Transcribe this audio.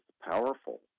powerful